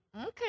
okay